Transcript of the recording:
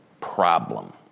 problem